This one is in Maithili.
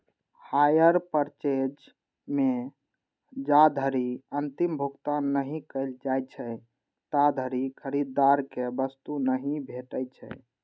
हायर पर्चेज मे जाधरि अंतिम भुगतान नहि कैल जाइ छै, ताधरि खरीदार कें वस्तु नहि भेटै छै